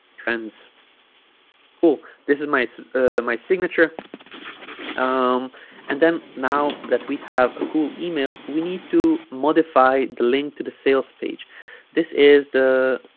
trends cool this is my my signature um and then now that we have a cool email we need to modify the link to the sales page this is the